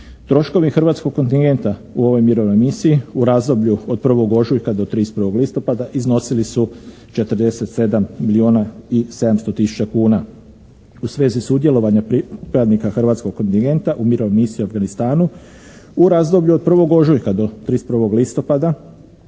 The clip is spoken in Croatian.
Troškove hrvatskog kontingenta u ovoj mirovnoj misiji u razdoblju od 1. ožujka do 31. listopada iznosili su 47 milijuna i 700 tisuća kuna. U svezi sudjelovanja pripadnika hrvatskog kontingenta u mirovnoj misiji u Afganistanu u razdoblju od 1. ožujka do 31. listopada